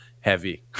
heavy